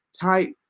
type